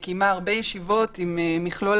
היא קיימה הרבה ישיבות עם מכלול